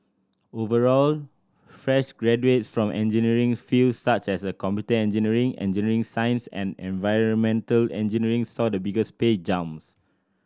overall fresh graduates from engineering fields such as a computer engineering engineering science and environmental engineering saw the biggest pay jumps